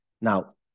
Now